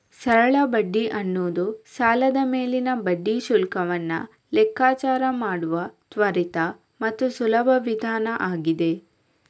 ಸರಳ ಬಡ್ಡಿ ಅನ್ನುದು ಸಾಲದ ಮೇಲಿನ ಬಡ್ಡಿ ಶುಲ್ಕವನ್ನ ಲೆಕ್ಕಾಚಾರ ಮಾಡುವ ತ್ವರಿತ ಮತ್ತು ಸುಲಭ ವಿಧಾನ ಆಗಿದೆ